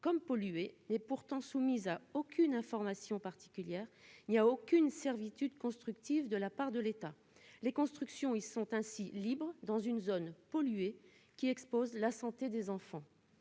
comme pollué et pourtant soumise à aucune information particulière, il n'y a aucune servitude constructives de la part de l'État, les constructions, ils sont ainsi libres dans une zone polluée qui expose la santé des enfants,